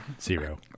Zero